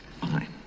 Fine